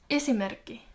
esimerkki